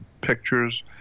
pictures